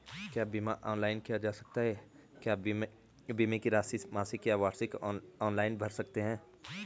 क्या बीमा ऑनलाइन किया जा सकता है क्या बीमे की राशि मासिक या वार्षिक ऑनलाइन भर सकते हैं?